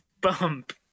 Bump